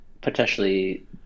potentially